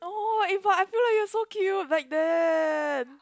oh if I I feel like you are so cute like that